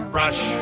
Brush